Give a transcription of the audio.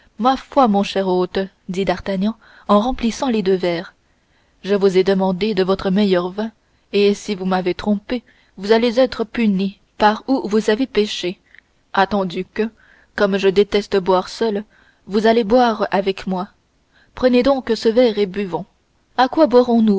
ma foi mon cher hôte dit d'artagnan en remplissant les deux verres je vous ai demandé de votre meilleur vin et si vous m'avez trompé vous allez être puni par où vous avez péché attendu que comme je déteste boire seul vous allez boire avec moi prenez donc ce verre et buvons à quoi boirons nous